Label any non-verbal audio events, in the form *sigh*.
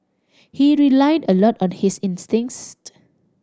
he relied a lot on his instincts *unintelligible*